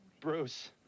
Bruce